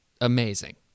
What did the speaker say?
amazing